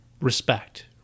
respect